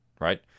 Right